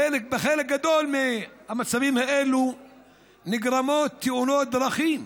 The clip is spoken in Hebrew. בחלק גדול מהמצבים האלו נגרמות תאונות דרכים.